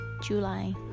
July